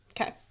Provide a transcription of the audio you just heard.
Okay